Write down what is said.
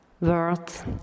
words